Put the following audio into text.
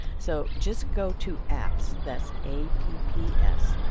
so just go to apps. that's a p p s,